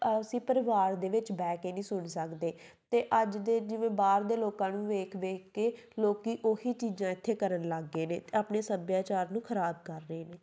ਅਸੀਂ ਪਰਿਵਾਰ ਦੇ ਵਿੱਚ ਬਹਿ ਕੇ ਨਹੀਂ ਸੁਣ ਸਕਦੇ ਅਤੇ ਅੱਜ ਦੇ ਜਿਵੇਂ ਬਾਹਰ ਦੇ ਲੋਕਾਂ ਨੂੰ ਵੇਖ ਵੇਖ ਕੇ ਲੋਕ ਉਹੀ ਚੀਜ਼ਾਂ ਇੱਥੇ ਕਰਨ ਲੱਗ ਗਏ ਨੇ ਅਤੇ ਆਪਣੇ ਸੱਭਿਆਚਾਰ ਨੂੰ ਖਰਾਬ ਕਰ ਰਹੇ ਨੇ